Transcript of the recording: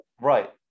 Right